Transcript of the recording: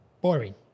boring